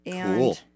Cool